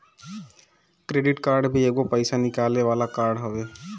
credit card भी एगो पईसा निकाले वाला कार्ड हवे